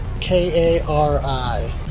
K-A-R-I